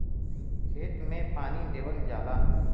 खेत मे पानी देवल जाला